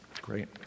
Great